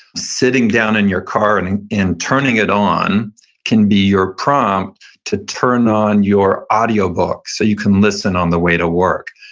sitting down in your car and and turning it on can be your prompt to turn on your audiobook, so you can listen on the way to work.